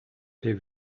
they